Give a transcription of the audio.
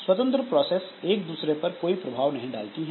स्वतंत्र प्रोसेस एक दूसरे पर कोई प्रभाव नहीं डालती हैं